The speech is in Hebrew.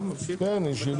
בשעה